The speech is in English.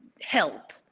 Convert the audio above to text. help